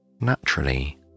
Naturally